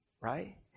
right